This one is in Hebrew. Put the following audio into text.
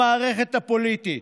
המערכת הפוליטית,